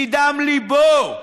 מדם ליבו,